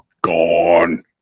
gone